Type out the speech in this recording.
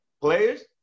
Players